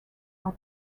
are